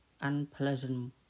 unpleasant